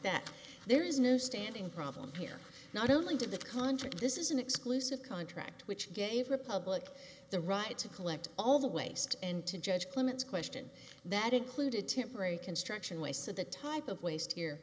that there is no standing problem here not only to the context this is an exclusive contract which gave the public the right to collect all the waste and to judge clement's question that included temporary construction waste of the type of waste here